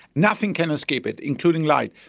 nothing can escape it, including light.